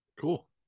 Cool